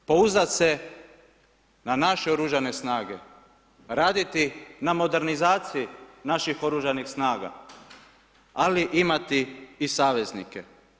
Da, pouzdat se na naše Oružane snage, raditi na modernizaciji naših Oružanih snaga, ali imati i saveznike.